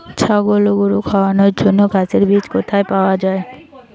ছাগল ও গরু খাওয়ানোর জন্য ঘাসের বীজ কোথায় পাওয়া যায়?